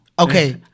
Okay